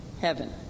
Heaven